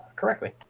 correctly